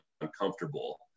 uncomfortable